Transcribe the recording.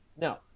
no